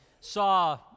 saw